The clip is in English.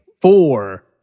four